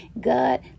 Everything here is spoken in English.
god